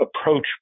approach